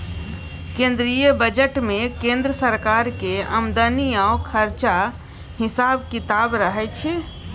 केंद्रीय बजट मे केंद्र सरकारक आमदनी आ खरचाक हिसाब किताब रहय छै